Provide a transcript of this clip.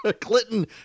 Clinton